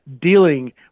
dealing